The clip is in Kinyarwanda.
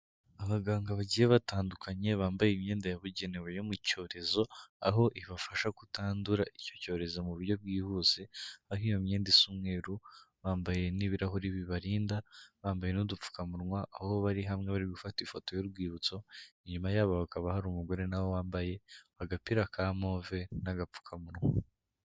Abaganga bagiye batandukanye bambaye imyenda yabugenewe yo mu cyorezo, aho ibafasha kutandura icyo cyorezo mu buryo bwihuse, aho iyo myenda simweruru, bambaye n'ibirahuri bibarinda, bambaye n'udupfukamunwa, aho bari hamwe bari gufata ifoto y'urwibutso. Inyuma yabo hakaba hari umugore na wambaye agapira ka move n'agapfukamunwa.